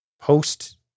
post